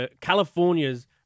California's